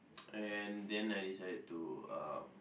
and then I decided to uh